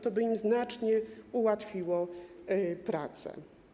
To by im znacznie ułatwiło pracę.